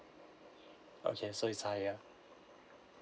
okay so is high ah